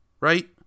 right